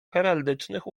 heraldycznych